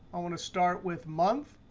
i want to start with month.